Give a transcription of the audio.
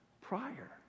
prior